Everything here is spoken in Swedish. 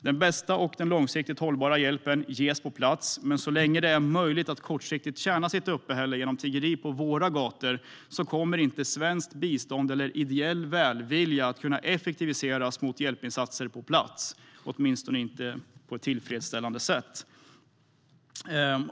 Den bästa och den långsiktigt hållbara hjälpen ges på plats, men så länge det är möjligt att kortsiktigt tjäna sitt uppehälle genom tiggeri på våra gator kommer inte svenskt bistånd eller ideell välvilja att kunna effektiviseras i form av hjälpinsatser på plats, åtminstone inte på ett tillfredsställande sätt.